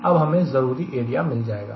अब हमें जरूरी एरिया मिल जाएगा